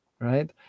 right